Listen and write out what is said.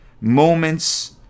moments